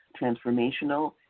transformational